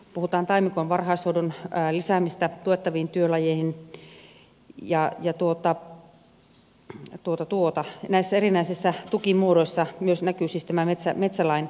puhutaan taimikon varhaishoidon lisäämisestä tuettaviin työlajeihin ja näissä erinäisissä tukimuodoissa myös näkyisi tämä metsälain henki